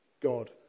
God